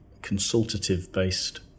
consultative-based